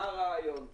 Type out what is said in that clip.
מה הרעיון כאן.